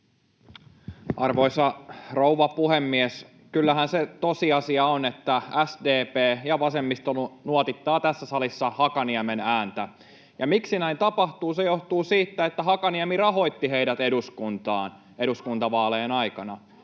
Arvoisa rouva puhemies! Kyllähän se tosiasia on, että SDP ja vasemmisto nuotittavat tässä salissa Hakaniemen ääntä. Ja miksi näin tapahtuu? Se johtuu siitä, että Hakaniemi rahoitti heidät eduskuntaan eduskuntavaalien aikana.